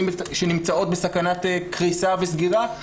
שנמצאות בסכנת קריסה וסגירה?